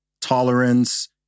tolerance